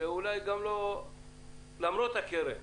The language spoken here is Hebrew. ואולי למרות הקרן.